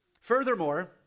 Furthermore